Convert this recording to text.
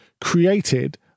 created